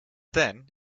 then